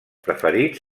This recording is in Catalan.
preferits